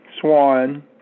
Swan